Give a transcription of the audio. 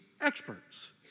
experts